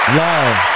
love